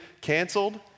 canceled